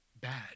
bad